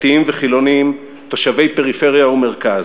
דתיים וחילונים, תושבי פריפריה ומרכז.